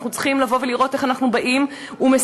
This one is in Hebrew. אנחנו צריכים לבוא ולראות איך אנחנו באים ומסייעים,